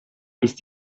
ist